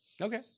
okay